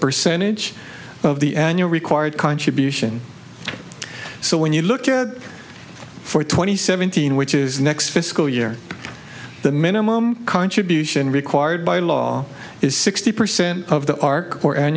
percentage of the annual required contribution so when you look at four twenty seventeen which is the next fiscal year the minimum contribution required by law is sixty percent of the a